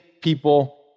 people